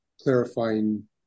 clarifying